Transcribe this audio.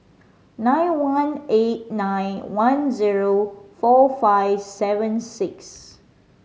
nine one eight nine one zero four five seven six